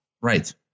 Right